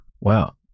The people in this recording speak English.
Wow